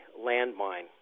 landmine